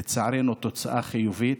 לצערנו, תוצאה חיובית,